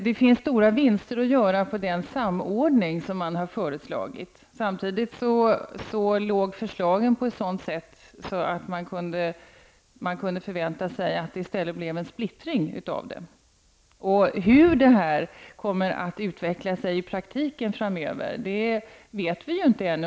Det finns stora vinster att göra på den samordning som har föreslagits. Samtidigt var förslagen sådana att man i stället kunde ha förväntat sig en splittring av det hela. Hur detta kommer att utvecklas i praktiken framöver vet vi ju inte ännu.